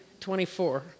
24